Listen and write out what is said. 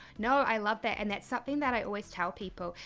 no, i love that, and that's something that i always tell people.